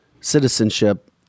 citizenship